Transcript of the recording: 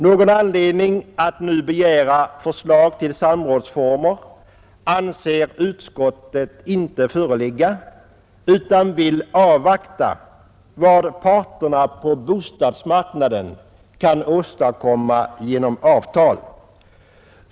Någon anledning att nu begära förslag till samrådsformer anser inte utskottet föreligga utan vill avvakta vad parterna på bostadsmarknaden genom avtal kan åstadkomma.